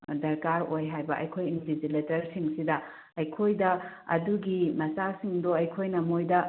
ꯗꯔꯀꯥꯔ ꯑꯣꯏ ꯍꯥꯏꯕ ꯑꯩꯈꯣꯏ ꯏꯟꯕꯤꯖꯤꯂꯦꯇꯔꯁꯤꯡꯁꯤꯗ ꯑꯩꯈꯣꯏꯗ ꯑꯗꯨꯒꯤ ꯃꯆꯥꯛꯁꯤꯡꯗꯣ ꯑꯩꯈꯣꯏꯅ ꯃꯣꯏꯗ